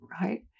right